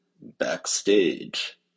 backstage